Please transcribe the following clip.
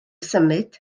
symud